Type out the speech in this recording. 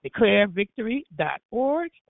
declarevictory.org